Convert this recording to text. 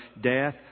death